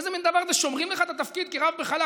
איזה מין דבר זה ששומרים לך את התפקיד כרב בחל"ת?